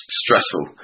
stressful